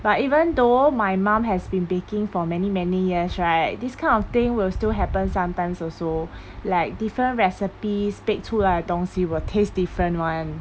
but even though my mom has been baking for many many years right this kind of thing was still happen sometimes also like different recipes bake 出来的东西 will taste different one